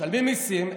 משלמים מיסים,